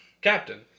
Captain